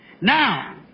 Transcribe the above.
Now